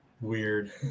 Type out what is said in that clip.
weird